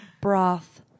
Broth